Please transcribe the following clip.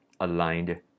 aligned